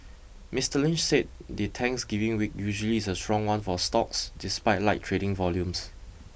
Mister Lynch said the Thanksgiving week usually is a strong one for stocks despite light trading volumes